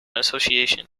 association